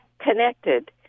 connected